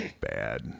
bad